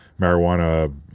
marijuana